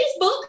Facebook